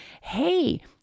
hey